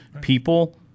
People